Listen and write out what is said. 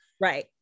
Right